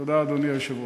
תודה, אדוני היושב-ראש.